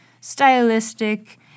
stylistic